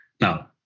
Now